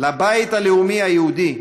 לבית הלאומי היהודי,